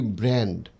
brand